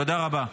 תודה רבה.